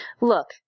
Look